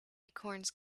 acorns